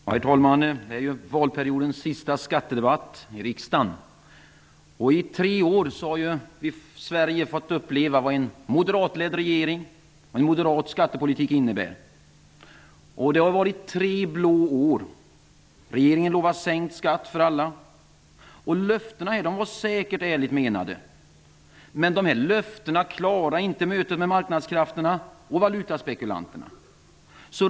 Herr talman! Detta är valperiodens sista skattedebatt i riksdagen. I tre har har Sveriges folk fått uppleva vad en moderatledd regering och en moderat skattepolitik innebär. Det har varit tre blå år. Regeringen lovade sänkt skatt för alla. Löftena var säkert ärligt menade. Men de stod sig inte vid mötet med marknadskrafterna och valutaspekulanterna.